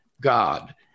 God